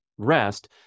rest